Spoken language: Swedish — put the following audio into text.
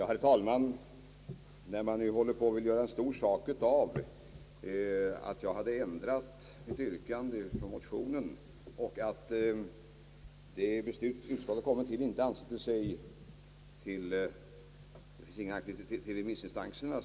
Herr talman! Man försöker göra en stor sak av att jag har ändrat mitt yrkande i förhållande till motionsyrkandet och av att det beslut, som utskottet kommit till, inte ansluter sig till vad remissinstanserna anför.